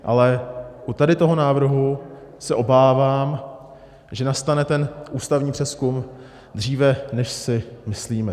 Ale tady u toho návrhu se obávám, že nastane ten ústavní přezkum dříve, než si myslíme.